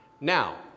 Now